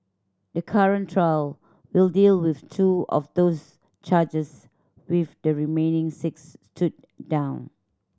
the current trial will deal with two of those charges with the remaining six stood down